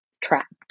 trapped